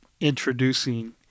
introducing